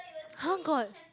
[huh] got